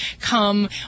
come